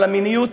על המיניות.